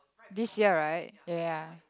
this year right ya ya ya